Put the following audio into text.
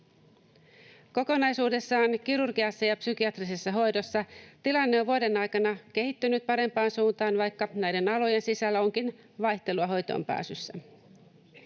Kokonaisuudessaan kirurgiassa ja psykiatrisessa hoidossa tilanne on vuoden aikana kehittynyt parempaan suuntaan, vaikka näiden alojen sisällä onkin vaihtelua hoitoonpääsyssä.